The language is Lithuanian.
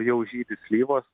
jau žydi slyvos